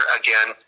again